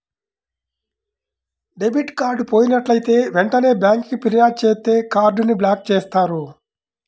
debit card పోయినట్లైతే వెంటనే బ్యేంకుకి ఫిర్యాదు చేత్తే కార్డ్ ని బ్లాక్ చేత్తారు